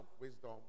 wisdom